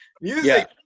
music